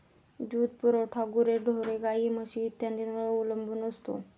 दूध पुरवठा गुरेढोरे, गाई, म्हशी इत्यादींवर अवलंबून असतो